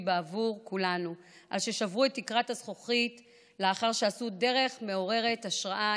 בעבור כולנו על ששברו את תקרת הזכוכית לאחר שעשו דרך מעוררת השראה,